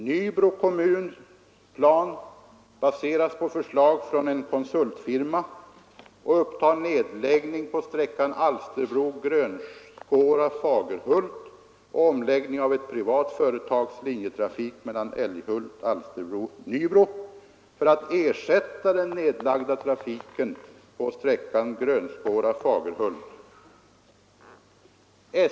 Nybro kommuns plan baseras på förslag från en konsultfirma och upptar nedläggning på sträckan Alsterbro—Grönskåra— Fagerhult och omläggning av ett privat företags linjetrafik Älghult—Alsterbro—Nybro för att ersätta den nedlagda trafiken på sträckan Grönskåra—Fagerhult.